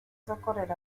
socorrer